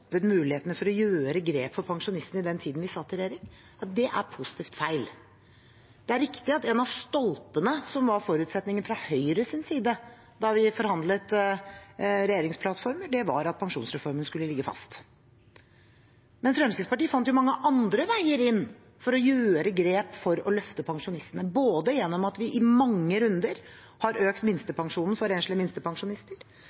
mulighetene for å gjøre grep for pensjonistene i den tiden vi satt i regjering. Det er positivt feil. Det er riktig at en av stolpene som var forutsetningen fra Høyres side da vi forhandlet frem regjeringsplattformen, var at pensjonsreformen skulle ligge fast. Men Fremskrittspartiet fant mange andre veier inn for å gjøre grep for å løfte pensjonistene, både gjennom at vi i mange runder har økt